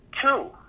two